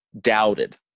doubted